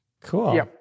Cool